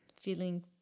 feeling